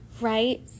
right